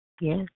Yes